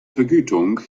vergütung